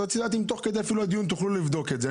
והייתי רוצה לדעת אם תוך כדי הדיון תוכלו לבדוק את זה.